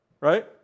right